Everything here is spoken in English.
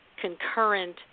concurrent